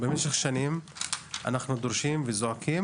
במשך שנים אנחנו דורשים וזועקים